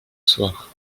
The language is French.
soir